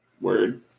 Word